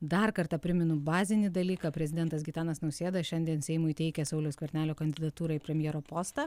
dar kartą primenu bazinį dalyką prezidentas gitanas nausėda šiandien seimui teikia sauliaus skvernelio kandidatūrą į premjero postą